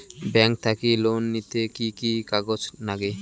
Bank থাকি loan নিতে কি কি কাগজ নাগে?